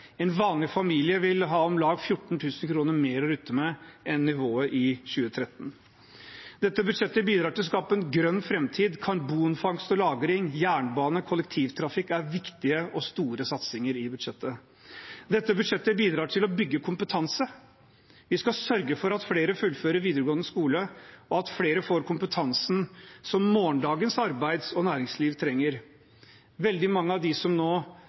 En vanlig familie vil ha om lag 14 000 kr mer å rutte med enn med nivået i 2013. Dette budsjettet bidrar til å skape en grønn framtid. Karbonfangst og -lagring, jernbane og kollektivtrafikk er viktige og store satsinger i budsjettet. Dette budsjettet bidrar til å bygge kompetanse. Vi skal sørge for at flere fullfører videregående skole, og at flere får kompetansen som morgendagens arbeids- og næringsliv trenger. Veldig mange av dem som nå